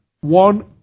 One